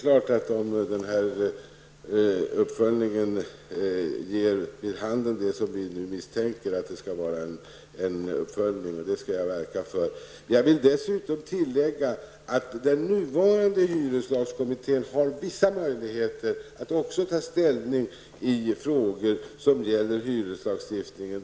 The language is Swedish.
Herr talman! Om det är som vi misstänker att det bör göras en uppföljning, skall jag verka för att en sådan kommer till stånd. Jag vill tillägga att den nuvarande hyreslagskommittén har vissa möjligheter att också ta ställning i frågor som gäller hyreslagstiftningen.